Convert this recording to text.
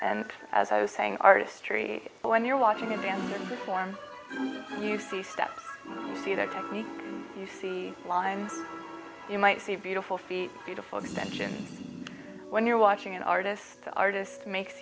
and as i was saying artistry when you're watching it and you see step three that you see line you might see beautiful feet beautiful extension when you're watching an artist artist makes